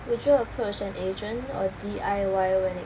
would you approach an agent or D_I_Y when it